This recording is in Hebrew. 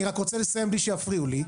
אני רק רוצה לסיים בלי שיפריעו לי.